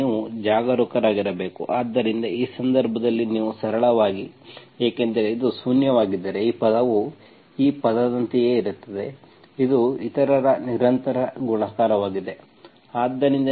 ಆದ್ದರಿಂದ ನೀವು ಜಾಗರೂಕರಾಗಿರಬೇಕು ಆದ್ದರಿಂದ ಆ ಸಂದರ್ಭದಲ್ಲಿ ನೀವು ಸರಳವಾಗಿ ಏಕೆಂದರೆ ಇದು ಶೂನ್ಯವಾಗಿದ್ದರೆ ಈ ಪದವು ಈ ಪದದಂತೆಯೇ ಇರುತ್ತದೆ ಇದು ಇತರರ ನಿರಂತರ ಗುಣಾಕಾರವಾಗಿದೆ